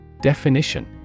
Definition